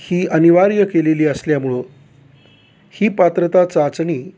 ही अनिवार्य केलेली असल्यामुळं ही पात्रता चाचणी